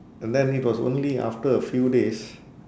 and then it was only after a few days